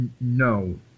No